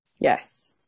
Yes